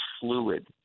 fluid